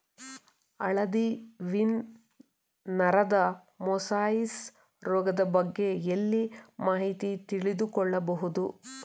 ಹಳದಿ ವೀನ್ ನರದ ಮೊಸಾಯಿಸ್ ರೋಗದ ಬಗ್ಗೆ ಎಲ್ಲಿ ಮಾಹಿತಿ ತಿಳಿದು ಕೊಳ್ಳಬಹುದು?